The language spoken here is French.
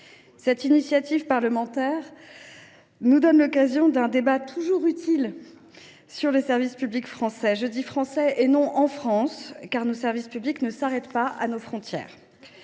Cette initiative parlementaire nous offre un débat toujours utile sur les services publics français. Je dis « français » et non « en France », car nos services publics ne s’arrêtent pas à nos frontières.